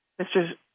Mr